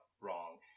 wrong